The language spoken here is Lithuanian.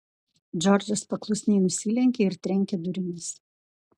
džordžas paklusniai nusilenkė ir trenkė durimis